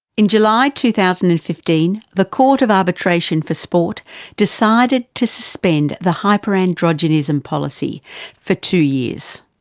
in july two thousand and fifteen the court of arbitration for sport decided to suspend the hyperandrogenism policy for two years.